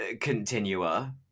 continua